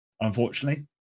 unfortunately